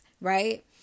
right